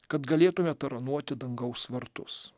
kad galėtumėme taranuoti dangaus vartus